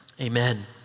Amen